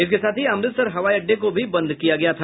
इसके साथ ही अमृतसर हवाई अड्डे को भी बंद किया गया था